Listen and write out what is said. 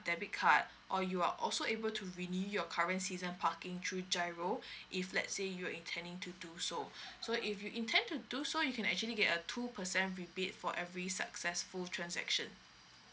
debit card or you are also able to renew your current season parking through giro if let's say you are intending to do so so if you intend to do so you can actually get a two percent rebate for every successful transaction